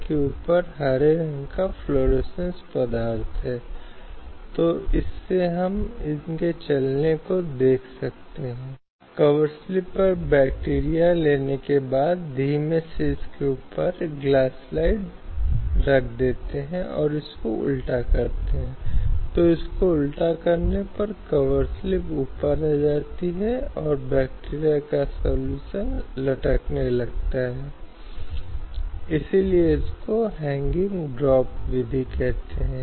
इसलिए कहीं न कहीं भारतीय संविधान का अनुच्छेद ४४ एक समान नागरिक अदालत की ओर राज्य को निर्देशित करने के संदर्भ में इसके माध्यम से भी महिलाओं की समानता स्थापित करने की कोशिश करता है क्योंकि यह इस तरह के मूल में निहित है आप जानते हैं ऐसा परिवर्तन हालांकि आज तक कहीं इसे हासिल नहीं किया गया है